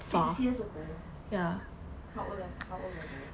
six years ago how old how old was I